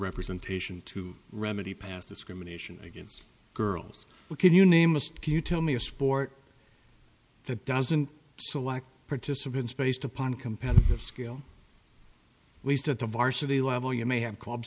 representation to remedy past discrimination against girls what can you name most can you tell me a sport that doesn't select participants based upon competitive skill least at the varsity level you may have club